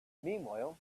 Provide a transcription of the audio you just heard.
meanwhile